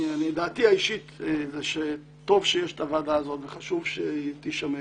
דעתי האישית היא שטוב שיש הוועדה הזאת וחשוב שהיא תישמר.